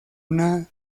una